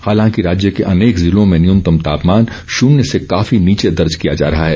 हालांकि राज्य के अनेक जिलों में न्यूनतम तापमान शून्य से काफी नीचे दर्ज किया जा रहा है